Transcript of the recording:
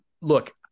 Look